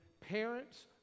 parents